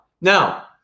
Now